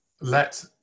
let